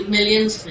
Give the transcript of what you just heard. Millions